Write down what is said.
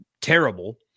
terrible